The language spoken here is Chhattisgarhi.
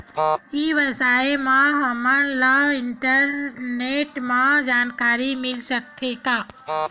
ई व्यवसाय से हमन ला इंटरनेट मा जानकारी मिल सकथे का?